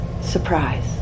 surprise